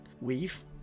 weave